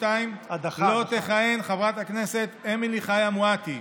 לא תכהן חברת הכנסת אמילי חיה מואטי,